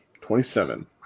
Twenty-seven